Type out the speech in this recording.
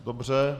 Dobře.